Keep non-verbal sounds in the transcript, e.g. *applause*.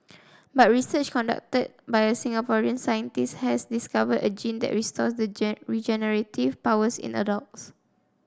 but research conducted by a Singaporean scientist has discovered a gene that restores the *unintelligible* regenerative powers in adults